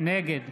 נגד